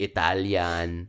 Italian